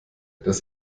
das